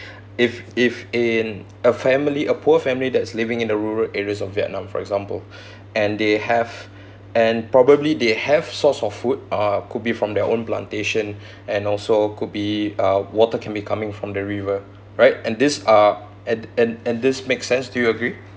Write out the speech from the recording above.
if if in a family a poor family that's living in the rural areas of vietnam for example and they have and probably they have source of food uh could be from their own plantation and also could be uh water can be coming from the river right and this uh and and and this makes sense do you agree